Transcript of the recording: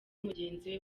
mugenzi